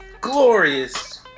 glorious